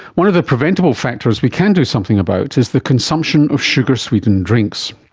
one of the preventable factors we can do something about is the consumption of sugar sweetened drinks.